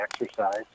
exercise